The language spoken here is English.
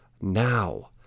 now